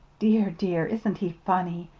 dear, dear! isn't he funny?